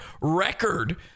record